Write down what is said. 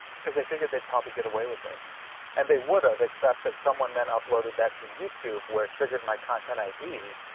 because they figured they'd probably get away with it and they would have accepted someone then uploaded that to youtube where it triggered my content id.